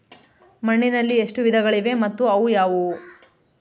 ಮಣ್ಣಿನಲ್ಲಿ ಎಷ್ಟು ವಿಧಗಳಿವೆ ಮತ್ತು ಅವು ಯಾವುವು?